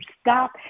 stop